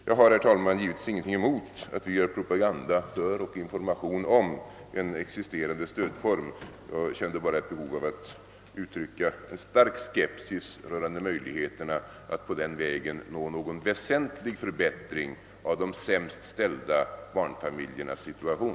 Jag har, herr talman, givetvis ingen ting emot att vi gör propaganda för och lämnar information om en existerande stödform; jag kände bara ett behov av att uttrycka en starkt känd skepsis rörande möjligheterna att på den vägen nå någon väsentlig förbättring av de sämst ställda barnfamiljernas situation.